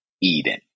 Eden